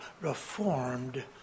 reformed